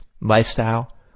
lifestyle